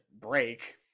break